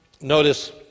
Notice